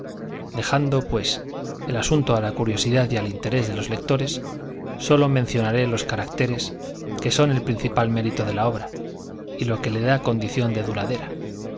dejando pues el asunto a la curiosidad y al interés de los lectores sólo mencionaré los caracteres que son el principal mérito de la obra y lo que le da condición de duradera